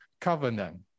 covenant